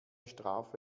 strafe